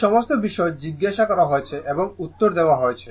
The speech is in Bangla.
এই সমস্ত বিষয় জিজ্ঞাসা করা হয়েছে এবং উত্তর দেওয়া হয়েছে